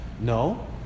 No